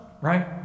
right